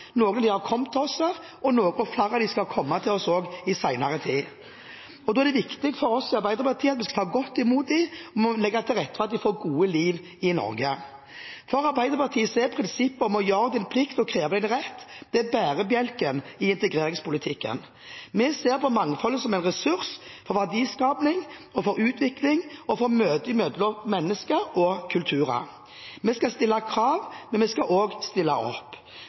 har kommet til oss, og flere av dem skal komme til oss, også i senere tid. Da er det viktig for oss i Arbeiderpartiet at vi skal ta godt imot dem, og vi må legge til rette for at de får gode liv i Norge. For Arbeiderpartiet er prinsippet om å gjøre din plikt og kreve din rett bærebjelken i integreringspolitikken. Vi ser på mangfoldet som en ressurs for verdiskapning og for utvikling, og for møter mellom mennesker og kulturer. Vi skal stille krav, men vi skal også stille opp.